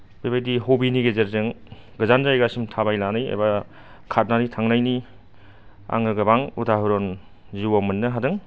बेबायदि हबिनि गेजेरजों गोजान जायगासिम थाबायनानै एबा खारनानै थांनायनि आङो गोबां उदाहरन जिउआव मोननो हादों